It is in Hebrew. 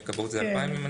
כבאות זה 2,000?